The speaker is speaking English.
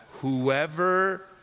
whoever